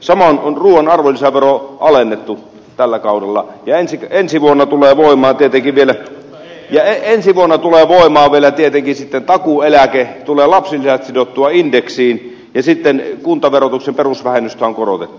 samoin ruuan arvonlisäveroa on alennettu tällä kaudella käänsikö ensi vuonna tulee oma työntekijä ja ensi vuonna tulee voimaan tietenkin vielä takuueläke lapsilisät tulee sidottua indeksiin ja kuntaverotuksen perusvähennystä on korotettu